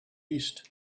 east